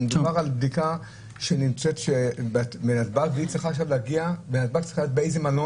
מדובר על בדיקה שנעשית בנתב"ג וצריכה להגיע למלון.